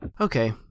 Okay